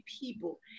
people